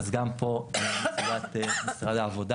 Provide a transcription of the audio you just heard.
אז גם פה מבחינת משרד העבודה,